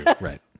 right